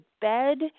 bed